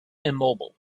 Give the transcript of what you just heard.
immobile